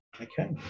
okay